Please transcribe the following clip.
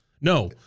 No